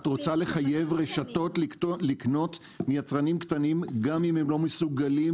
את רוצה לחייב רשתות לקנות מיצרנים קטנים גם אם הם לא מסוגלים